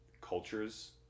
cultures